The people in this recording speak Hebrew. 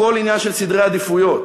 הכול עניין של סדרי עדיפויות: